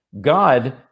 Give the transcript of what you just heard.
God